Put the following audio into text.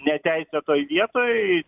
neteisėtoj vietoj